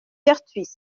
pertuis